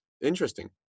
interesting